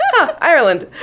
Ireland